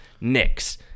Knicks